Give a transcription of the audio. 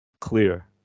clear